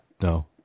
No